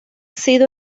sido